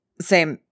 Same-